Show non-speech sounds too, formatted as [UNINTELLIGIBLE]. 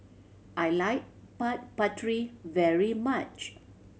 I like [UNINTELLIGIBLE] Papri very much